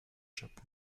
japon